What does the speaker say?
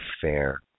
fair